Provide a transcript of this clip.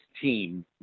team